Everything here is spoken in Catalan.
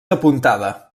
apuntada